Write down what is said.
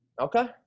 Okay